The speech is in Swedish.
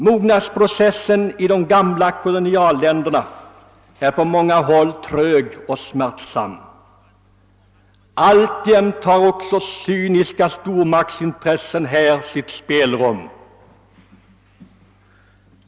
Mognadsprocessen i de gamla kolonialländerna är på många håll trög och smärtsam, och alltjämt har cyniska stormaktsintressen där sitt spelrum.